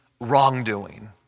wrongdoing